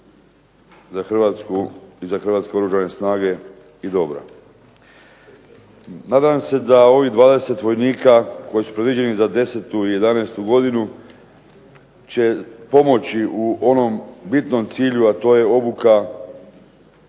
za Hrvatsku i Oružane snage dobra. Nadam se da ovih 20 vojnika koji su predviđeni za 10. i 12. godinu će pridonijeti onom bitnom cilju, a to je obuka